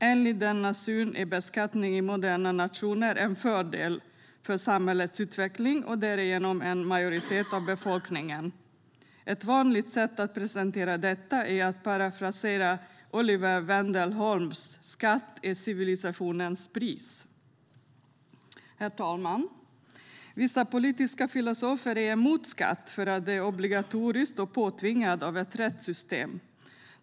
Enligt denna syn är beskattning i moderna nationer en fördel för samhällets utveckling och därigenom för en majoritet av befolkningen. Ett vanligt sätt att presentera detta är att parafrasera Oliver Wendell Holmes: Skatt är civilisationens pris. Herr talman! Vissa politiska filosofer är emot skatt därför att det är obligatoriskt och påtvingat av ett rättssystem.